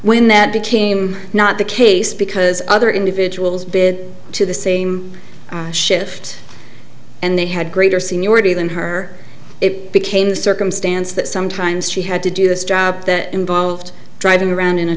when that became not the case because other individuals been to the same shift and they had greater seniority than her it became the circumstance that sometimes she had to do this job that involved driving around in a